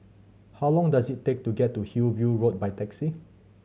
how long does it take to get to Hillview Road by taxi